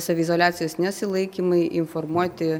saviizoliacijos nesilaikymai informuoti